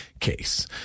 case